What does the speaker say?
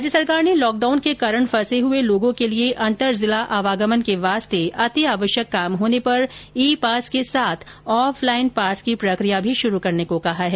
राज्य सरकार ने लॉकडाउन के कारण फंसे हुए लोगों के लिए अंतरजिला आवागमन के वास्ते अतिआवश्यक काम होने पर ई पास के साथ ऑफलाईन पास की प्रक्रिया भी शुरू करने को कहा है